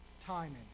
timing